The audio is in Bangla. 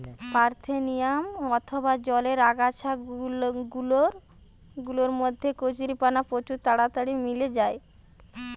পারথেনিয়াম অথবা জলের আগাছা গুলার মধ্যে কচুরিপানা প্রচুর তাড়াতাড়ি মেলি যায়